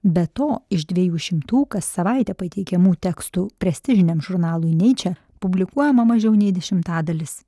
be to iš dviejų šimtų kas savaitę pateikiamų tekstų prestižiniam žurnalui niche publikuojama mažiau nei dešimtadalis